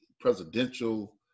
presidential